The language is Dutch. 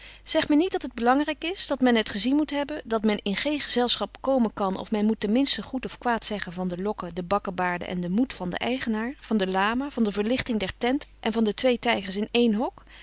zeg mij niet dat het belangrijk is dat men het gezien moet hebben dat men in geen gezelschap komen kan of men moet ten minste goed of kwaad zeggen van de lokken de bakkebaarden en den moed van den eigenaar van de lama van de verlichting der tent en van de twee tijgers in één hok